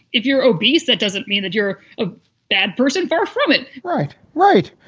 if you're obese, that doesn't mean that you're a bad person. far from it. right. right.